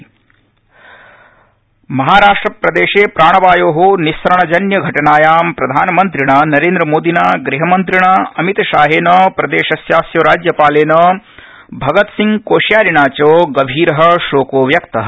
महाराष्ट प्रधानमंत्री महाराष्ट्रप्रदेशे प्राणवायो निस्सरणजन्य घटनायां प्रधानमन्त्रिणा नरेन्द्रमोदिना गृहमन्त्रिणा अमितशाहेन प्रदेशस्यास्य राज्यपालेन भगतसिंह कोश्यारिणा च गभीर शोकोव्यक्तः